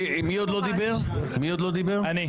מי